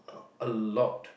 a lot